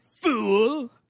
fool